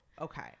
okay